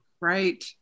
Right